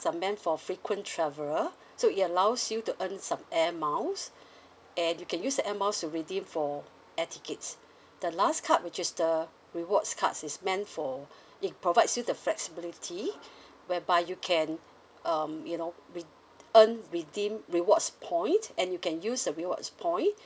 are meant for frequent traveller so it allows you to earn some air miles and you can use the air miles to redeem for air tickets the last card which is the rewards cards it's meant for it provides you the flexibility whereby you can um you know w~ earn redeem rewards point and you can use the rewards point